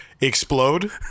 explode